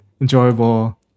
enjoyable